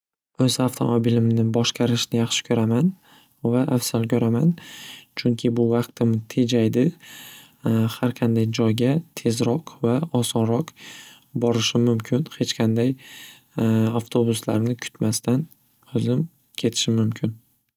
O'z avtomobilimni boshqarishni yaxshi ko'raman va afzal ko'raman chunki bu vaqtimni tejaydi xarqanday joyga tezroq va osonroq borishim mumkin hechqanday avtobuslarni kutmasdan o'zim ketishim mumkin.